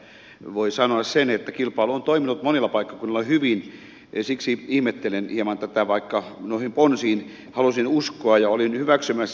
kilpailun lisäämisestä voi sanoa sen että kilpailu on toiminut monilla paikkakunnilla hyvin siksi ihmettelen hieman tätä vaikka noihin ponsiin halusin uskoa ja olin niitä hyväksymässä